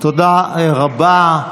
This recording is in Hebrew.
תודה רבה.